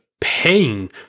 pain